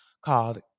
called